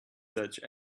search